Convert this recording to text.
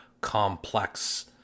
complex